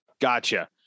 Gotcha